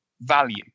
value